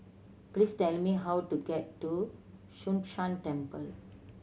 please tell me how to get to Yun Shan Temple